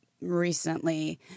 recently